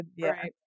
right